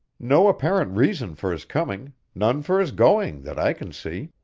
no apparent reason for his coming, none for his going, that i can see.